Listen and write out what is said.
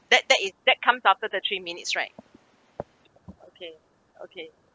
that that is that comes up after the three minutes right okay okay